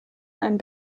einen